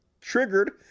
triggered